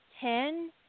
ten